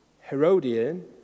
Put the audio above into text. Herodian